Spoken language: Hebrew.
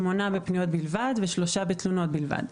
שמונה נהלים בפניות בלבד ושלושה בתלונות בלבד.